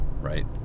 right